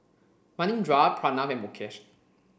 Manindra Pranav and Mukesh